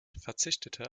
verzichtete